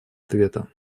ответа